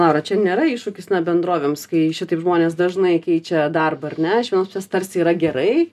laura čia nėra iššūkis bendrovėms kai šitaip žmonės dažnai keičia darbą ar ne iš vienos pusės tarsi yra gerai